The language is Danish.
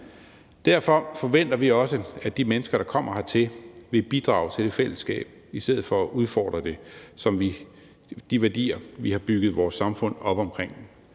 Derfor forventer vi også, at de mennesker, der kommer hertil, vil bidrage til fællesskabet i stedet for at udfordre de værdier, vi har bygget vores samfund op omkring.